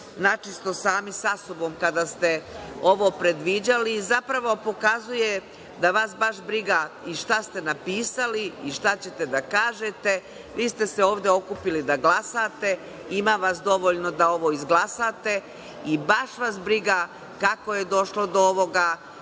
načisto sami sa sobom kada ste ovo predviđali i zapravo pokazuje da vas baš brige i šta ste napisali i šta ćete da kažete. Vi ste se ovde okupili da glasate, ima vas dovoljno da ovo izglasate i baš vas briga kako je došlo do ovoga,